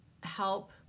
help